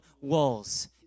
walls